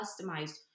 customized